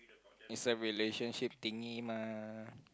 it's a relationship thingy mah